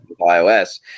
iOS